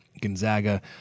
Gonzaga